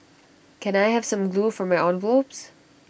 can I have some glue for my envelopes